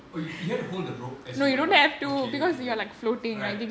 oh you you had to hold the rope as you went down okay okay right